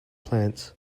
plants